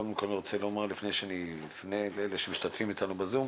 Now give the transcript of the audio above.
קודם כל אני רוצה לומר לפני שאני מפנה לאלה שמשתתפים איתנו בזום,